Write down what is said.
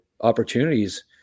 opportunities